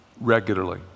regularly